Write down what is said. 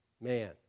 man